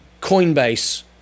Coinbase